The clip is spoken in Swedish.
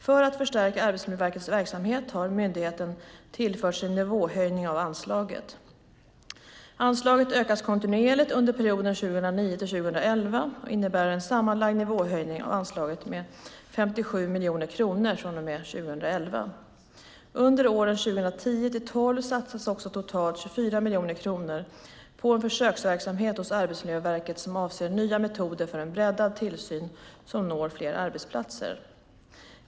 För att förstärka Arbetsmiljöverkets verksamhet har myndigheten tillförts en nivåhöjning av anslaget. Anslaget ökas kontinuerligt under perioden 2009-2011, och det innebär en sammanlagd nivåhöjning av anslaget med 57 miljoner kronor från och med 2011. Under åren 2010-2012 satsas också totalt 24 miljoner kronor på en försöksverksamhet hos Arbetsmiljöverket som avser nya metoder för en breddad tillsyn som når fler arbetsplatser.